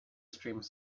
streaming